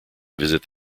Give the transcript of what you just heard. visit